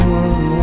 one